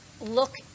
look